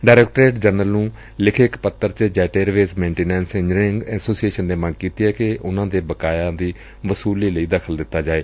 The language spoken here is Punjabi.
ਡਾਇਰੈਕਟੋਰੇਟ ਜਨਰਲ ਨੂੰ ਲਿਖੇ ਇਕ ਪੱਤਰ ਚ jet airways maintenance engineering association ਨੇ ਮੰਗ ਕੀਤੀ ਏ ਉਨੂਾਂ ਦੇ ਬਕਾਇਆ ਦੀ ਵਸੂਲੀ ਲਈ ਦਖ਼ਲ ਦਿੱਤਾ ਜਾਏ